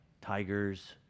tigers